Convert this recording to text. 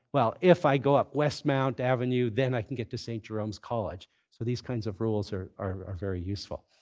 well, if i go up westmount avenue, then i can get to st. jerome's college. so these kinds of rules are are very useful.